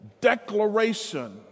declaration